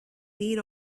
need